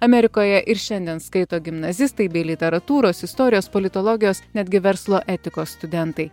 amerikoje ir šiandien skaito gimnazistai bei literatūros istorijos politologijos netgi verslo etikos studentai